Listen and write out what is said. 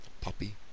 puppy